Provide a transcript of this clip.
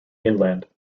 inland